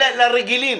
אלה לרגילים.